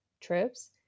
trips